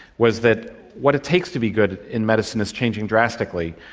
was that what it takes to be good in medicine is changing drastically.